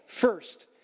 first